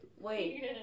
Wait